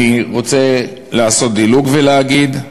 אני רוצה לעשות דילוג ולהגיד: